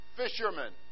fishermen